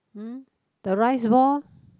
hmm the rice ball